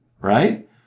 right